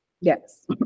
Yes